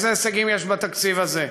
איזה הישגים יש בתקציב הזה?